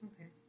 Okay